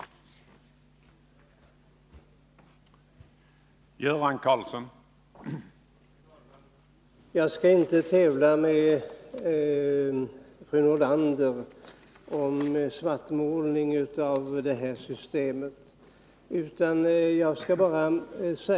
Onsdagen den